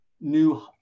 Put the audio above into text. new